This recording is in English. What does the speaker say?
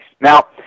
Now